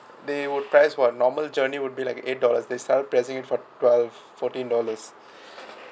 they would price what normal journey would be like eight dollars they started pricing it for twelve fourteen dollars